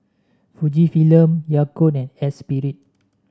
Fujifilm Yakult and Espirit